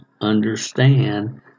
understand